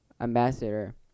Ambassador